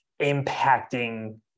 impacting